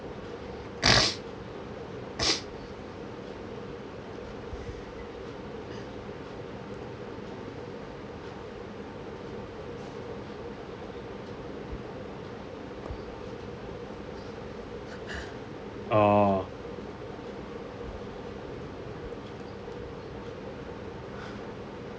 orh